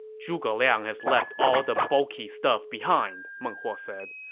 zhuge liang has left all the bulky stuff behind, meng huo said.